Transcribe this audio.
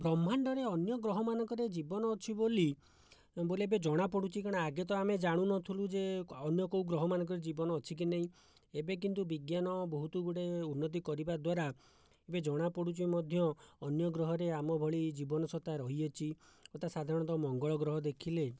ବ୍ରହ୍ମାଣ୍ଡରେ ଅନ୍ୟ ଗ୍ରହମାନଙ୍କରେ ଜୀବନ ଅଛି ବୋଲି ବୋଲି ଏବେ ଜଣା ପଡ଼ୁଛି କାହିଁକିନା ଆଗେ ତ ଆମେ ଜାଣୁନଥିଲୁ ଯେ ଅନ୍ୟ କେଉଁ ଗ୍ରହମାନଙ୍କରେ ଜୀବନ ଅଛି କି ନାହିଁ ଏବେ କିନ୍ତୁ ବିଜ୍ଞାନ ବହୁତଗୁଡ଼ିଏ ଉନ୍ନତି କରିବା ଦ୍ୱାରା ଏବେ ଜଣାପଡ଼ୁଛି ମଧ୍ୟ ଅନ୍ୟ ଗ୍ରହରେ ଆମ ଭଳି ଜୀବନ ସତ୍ତା ରହିଅଛି ଯଥା ସାଧାରଣତଃ ମଙ୍ଗଳ ଗ୍ରହ ଦେଖିଲେ